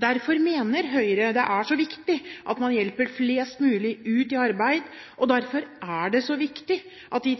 Derfor mener Høyre det er så viktig at man hjelper flest mulig ut i arbeid, og derfor er det så viktig at de